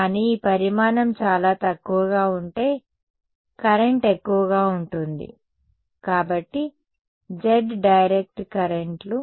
కానీ ఈ పరిమాణం చాలా తక్కువగా ఉంటే కరెంట్ ఎక్కువగా ఉంటుంది కాబట్టి z డైరెక్ట్ కరెంట్లు